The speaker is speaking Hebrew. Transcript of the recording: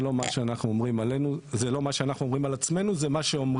זה לא מה שאנחנו אומרים על עצמנו, זה מה שאומרים